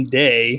day